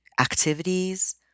activities